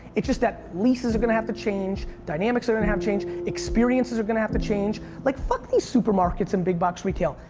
it's just that leases are gonna have to change, dynamics are gonna have to change, experiences are gonna have to change, like fuck these supermarkets and big box retail.